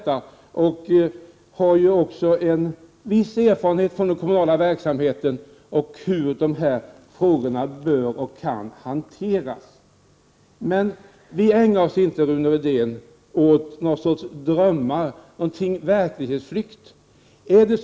Jag har själv viss erfarenhet 145 Prot. 1988/89:129 från kommunal verksamhet, och jag vet därför litet grand om hur sådana här frågor bör och kan hanteras. Vi ägnar oss inte åt drömmerier eller verklighetsflykt, Rune Rydén!